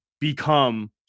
become